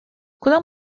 کدام